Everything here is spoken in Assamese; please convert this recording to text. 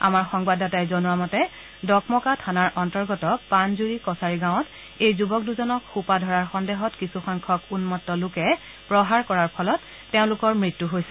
আমাৰ সংবাদদাতাই জনোৱা মতে ডকমকা থানাৰ অন্তৰ্গত পানজুৰি কছাৰী গাঁৱত এই যুৱক দুজনক সোপাধৰাৰ সন্দেহত কিছুসংখ্যক উন্মত্ত লোকে প্ৰহাৰ কৰাৰ ফলত তেওঁলোকৰ মৃত্য হৈছিল